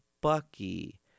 Bucky